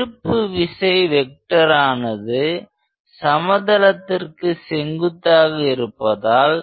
திருப்பு விசை வெக்டரானது சம தளத்திற்கு செங்குத்தாக இருப்பதால்